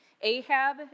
Ahab